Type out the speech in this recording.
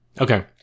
Okay